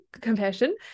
compassion